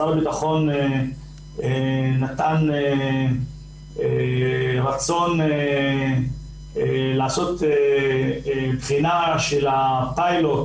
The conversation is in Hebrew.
שר הביטחון הביע רצון לעשות בחינה של הפיילוט